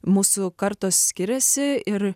mūsų kartos skiriasi ir